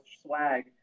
swag